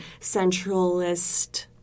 centralist